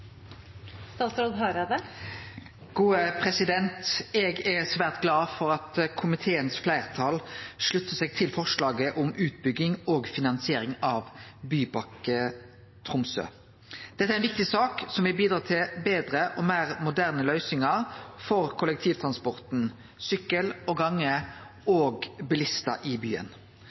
svært glad for at fleirtalet i komiteen sluttar seg til forslaget om utbygging og finansiering av Bypakke Tenk Tromsø. Dette er ei viktig sak som vil bidra til betre og meir moderne løysingar for kollektivtransporten, sykkel og gange og bilistar i byen.